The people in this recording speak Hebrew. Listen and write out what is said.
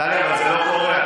אבל טלי, זה לא קורה.